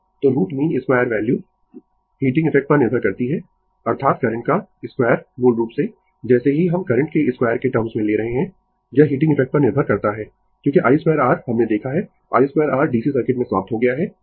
तो root mean 2 value heating effect पर निर्भर करती है अर्थात करंट का 2 मूल रूप से जैसे ही हम करंट के 2 के टर्म्स में ले रहे है यह हीटिंग इफेक्ट पर निर्भर करता है क्योंकि i 2 r हमने देखा है i 2 r DC सर्किट में समाप्त हो गया है